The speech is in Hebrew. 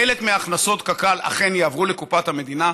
חלק מהכנסות קק"ל אכן יעברו לקופת המדינה,